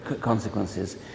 consequences